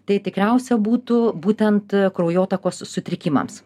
tai tikriausia būtų būtent kraujotakos sutrikimams